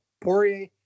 Poirier